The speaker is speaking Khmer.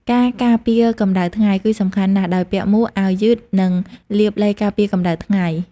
ការការពារកម្ដៅថ្ងៃ គឺសំខាន់ណាស់ ដោយពាក់មួក អាវវែង និងលាបឡេការពារកម្ដៅថ្ងៃ។